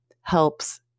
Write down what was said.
helps